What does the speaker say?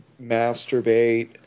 masturbate